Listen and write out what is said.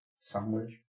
sandwich